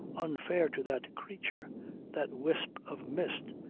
unfair to that creature that wisp of mist,